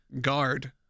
guard